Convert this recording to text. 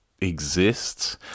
exists